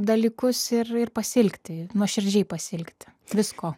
dalykus ir ir pasiilgti nuoširdžiai pasiilgt visko